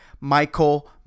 Michael